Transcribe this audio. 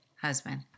husband